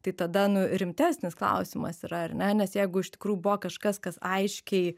tai tada nu rimtesnis klausimas yra ar ne nes jeigu iš tikrųjų buvo kažkas kas aiškiai